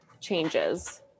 changes